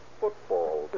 football